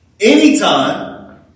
Anytime